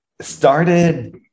started